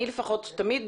אני תמיד